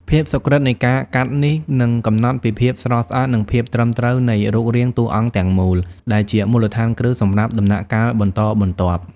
ភាពសុក្រិត្យនៃការកាត់នេះ នឹងកំណត់ពីភាពស្រស់ស្អាត និងភាពត្រឹមត្រូវនៃរូបរាងតួអង្គទាំងមូល ដែលជាមូលដ្ឋានគ្រឹះសម្រាប់ដំណាក់កាលបន្តបន្ទាប់។